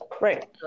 right